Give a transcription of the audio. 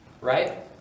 right